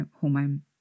hormone